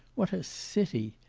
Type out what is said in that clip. what a city!